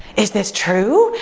is this true?